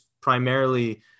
primarily